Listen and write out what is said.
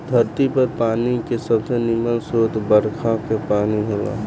धरती पर पानी के सबसे निमन स्रोत बरखा के पानी होला